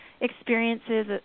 experiences